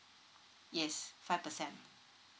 yes five percent